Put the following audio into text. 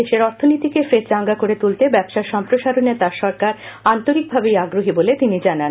দেশের অর্থনীতিকে ফের চাঙ্গা করে তুলতে ব্যবসার সম্প্রসারণে তাঁর সরকার আন্তরিক ভাবেই আগ্রহী বলে জানান